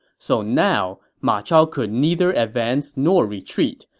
so now, ma chao could neither advance nor retreat,